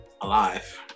alive